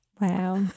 Wow